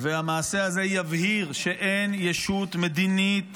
והמעשה הזה יבהיר שאין ישות מדינית